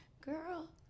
girl